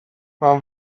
mae